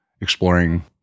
exploring